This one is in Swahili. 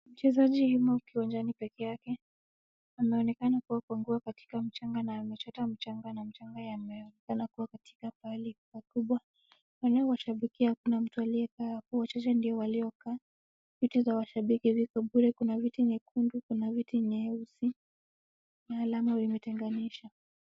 Mchezaji akiwa uwanjani peke yake, anaonekana kuwa kuanguka katika mchanga na amechota mchanga na mchanga yameonekana kuwa katika pahali pakubwa. Wanaowashabikia kuna mtu aliyekaa hapo waliokaa, wachache ndiyo waliokaa. Viti za washabiki ziko bure, kuna viti nyekundu, kuna viti nyeusi na alama imetenganisha.